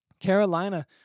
Carolina